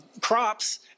crops